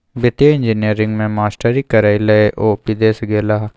वित्तीय इंजीनियरिंग मे मास्टरी करय लए ओ विदेश गेलाह